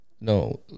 No